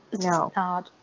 No